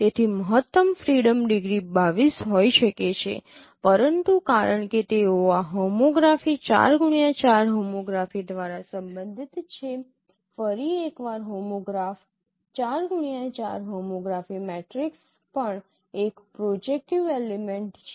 તેથી મહત્તમ freedom degree 22 હોઈ શકે છે પરંતુ કારણ કે તેઓ આ હોમોગ્રાફી 4x4 હોમોગ્રાફી દ્વારા સંબંધિત છે ફરી એકવાર હોમોગ્રાફ 4x4 હોમોગ્રાફી મેટ્રિક્સ પણ એક પ્રોજેકટિવ એલિમેંટ છે